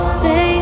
say